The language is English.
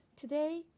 Today